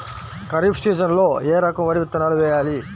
ఖరీఫ్ సీజన్లో ఏ రకం వరి విత్తనాలు వేయాలి?